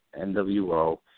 NWO